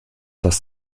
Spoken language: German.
dass